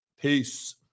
Peace